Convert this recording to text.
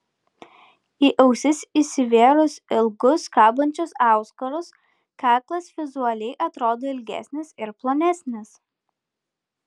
į ausis įsivėrus ilgus kabančius auskarus kaklas vizualiai atrodo ilgesnis ir plonesnis